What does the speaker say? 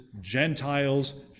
Gentiles